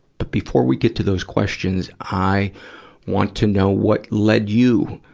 but before we get to those questions, i want to know what led you